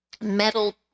metal